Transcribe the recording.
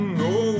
no